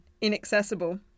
inaccessible